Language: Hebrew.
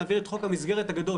נעביר את חוק המסגרת הגדול.